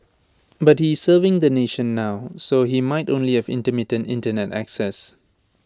but he serving the nation now so he might only have intermittent Internet access